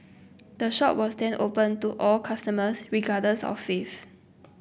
the shop was then opened to all customers regardless of faith